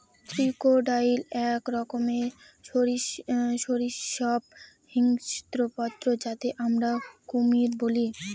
crocodile এক রকমের সরীসৃপ হিংস্র পশু যাকে আমরা কুমির বলি